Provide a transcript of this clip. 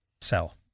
Sell